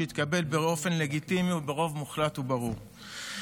שהתקבל באופן לגיטימי וברוב מוחלט וברור.